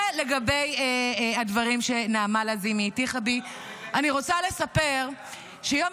ולגבי הדברים שנעמה לזימי הטיחה בי: אני רוצה לספר שיום